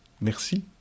Merci